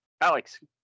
Alex